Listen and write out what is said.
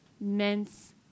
mince